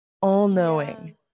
all-knowing